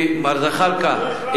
מר זחאלקה,